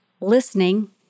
listening